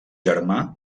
germà